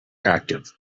active